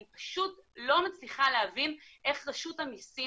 אני פשוט לא מצליחה להבין איך רשות המיסים